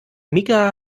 mika